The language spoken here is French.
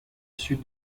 sud